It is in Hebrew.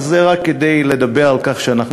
זה רק כדי לדבר על כך שאנחנו